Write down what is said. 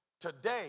today